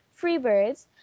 Freebirds